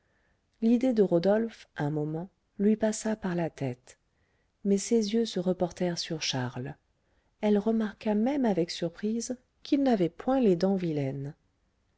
l'idée de rodolphe un moment lui passa par la tête mais ses yeux se reportèrent sur charles elle remarqua même avec surprise qu'il n'avait point les dents vilaines